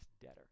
debtor